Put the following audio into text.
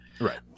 Right